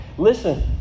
Listen